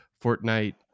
Fortnite